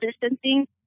distancing